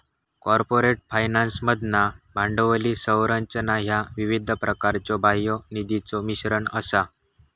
corporate फायनान्समधला भांडवली संरचना ह्या विविध प्रकारच्यो बाह्य निधीचो मिश्रण असा